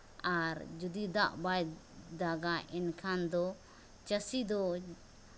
ᱟᱨ ᱡᱩᱫᱤ ᱫᱟᱜ ᱵᱟᱭ ᱫᱟᱜᱟ ᱮᱱ ᱠᱷᱟᱱ ᱫᱚ ᱪᱟᱹᱥᱤ ᱫᱚ